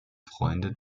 freunde